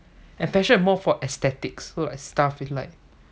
and fashion is more for aesthetics so like stuff is like